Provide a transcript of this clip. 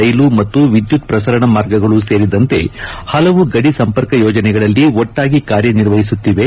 ರೈಲು ಮತ್ತು ವಿದ್ಯುತ್ ಪ್ರಸರಣ ಮಾರ್ಗಗಳೂ ಸೇರಿದಂತೆ ಹಲವು ಗಡಿ ಸಂಪರ್ಕ ಯೋಜನೆಗಳಲ್ಲಿ ಒಟ್ಲಾಗಿ ಕಾರ್ಯ ನಿರ್ವಹಿಸುತ್ತಿವೆ